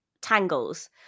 tangles